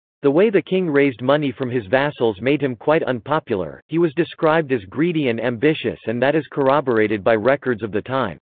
the way the king raised money from his vassals made him quite unpopular he was described as greedy and ambitious and that is corroborated by records of the time.